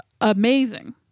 amazing